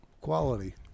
Quality